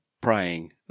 praying